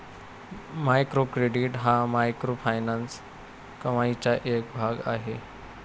micro credit हा microfinance कमाईचा एक भाग आहे